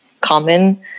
common